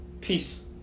Peace